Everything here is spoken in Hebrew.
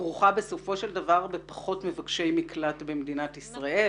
כרוכה בסופו של דבר בפחות מבקשי מקלט במדינת ישראל